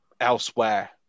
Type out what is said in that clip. elsewhere